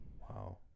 Wow